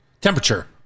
Temperature